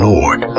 Lord